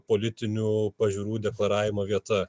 politinių pažiūrų deklaravimo vieta